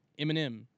Eminem